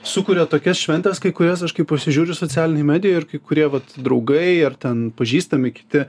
sukuria tokias šventes kai kurias aš kai pasižiūriu socialinėj medijoj ir kai kurie vat draugai ar ten pažįstami kiti